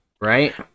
right